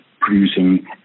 producing